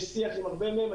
יש שיח עם הרבה מהם.